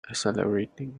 accelerating